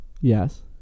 Yes